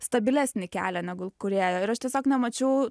stabilesnį kelią negu kūrėjo ir aš tiesiog nemačiau